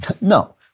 No